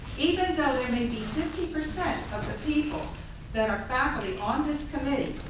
even though there may be fifty percent of the people that are faculty on this committee,